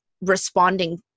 responding